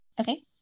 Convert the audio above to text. Okay